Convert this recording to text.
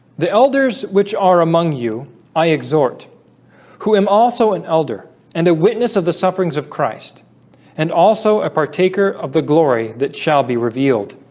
the elders which are among you i exhort who am also an elder and the witness of the sufferings of christ and also a partaker of the glory that shall be revealed